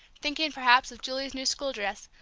thinking perhaps of julie's new school dress,